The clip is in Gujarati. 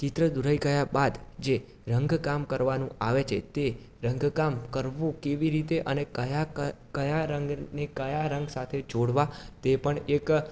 ચિત્ર દોરાઈ ગયા બાદ જે રંગકામ કરવાનું આવે છે તે રંગકામ કરવું કેવી રીતે અને કયા કયા રંગને કયા રંગ સાથે જોડવા તે પણ એક